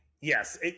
yes